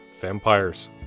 vampires